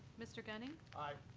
mr. gunning? aye.